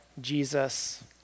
Jesus